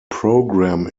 program